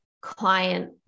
client